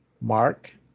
Mark